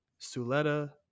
suleta